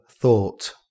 thought